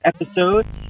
episode